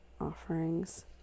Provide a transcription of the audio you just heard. offerings